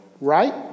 Right